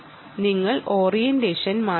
നിങ്ങളുടെ ഓറിയന്റേഷൻ മാറ്റുന്നു